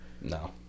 No